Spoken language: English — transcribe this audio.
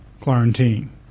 quarantine